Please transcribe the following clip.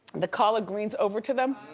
the collard greens over to them,